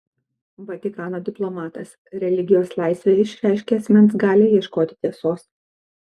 vatikano diplomatas religijos laisvė išreiškia asmens galią ieškoti tiesos